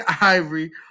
Ivory